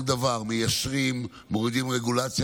כל דבר, מיישרים, מורידים רגולציה.